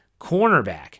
cornerback